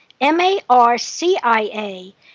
M-A-R-C-I-A